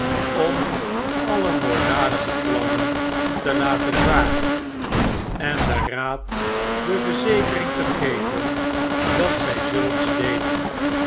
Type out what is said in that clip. om alle moorddadige plannen te laten varen en den raad de verzekering te geven dat zij zulks deden